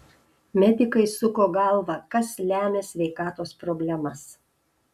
medikai suko galvą kas lemia sveikatos problemas